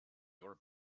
your